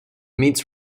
meets